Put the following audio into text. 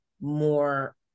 more